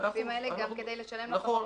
הטפסים האלה גם כדי לשלם לחברות.